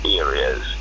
areas